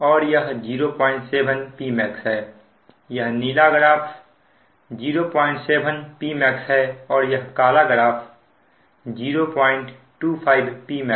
यह नीला ग्राफ 07 Pmaxहै और यह काला ग्राफ 025 Pmaxहै